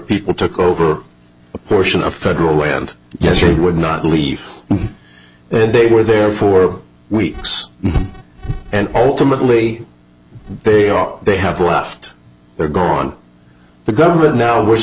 people took over a portion of federal land yesterday would not leave they were there for weeks and ultimately they are they have left they're gone the government now w